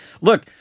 look